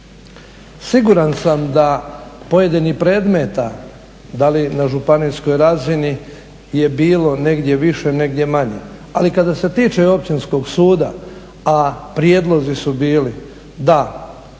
Siguran sam da pojedinih predmeta, da li na županijskoj razini, je bilo negdje više, negdje manje. Ali kada se tiče općinskog suda, a prijedlozi su bili da